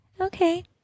Okay